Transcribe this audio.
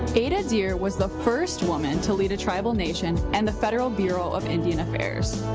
ada deer was the first woman to lead a tribal nation and the federal bureau of indian affairs.